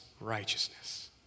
righteousness